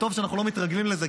וטוב שאנחנו לא מתרגלים לזה,